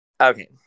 Okay